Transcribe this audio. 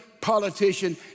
politician